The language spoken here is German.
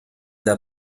der